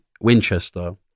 winchester